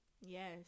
Yes